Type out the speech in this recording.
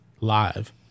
live